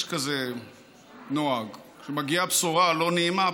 יש כזה נוהג שכשמגיעה בשורה לא נעימה,